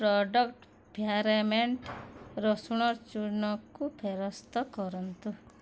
product ପ୍ୟୁରାମେଟ୍ ରସୁଣ ଚୂର୍ଣ୍ଣକୁ ଫେରସ୍ତ କରନ୍ତୁ